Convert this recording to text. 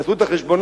תעשו את החשבונות.